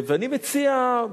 אני מציע,